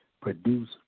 produce